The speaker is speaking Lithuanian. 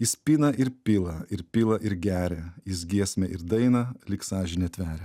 jis pina ir pila ir pila ir geria jis giesmę ir dainą lyg sąžinė tveria